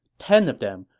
ten of them,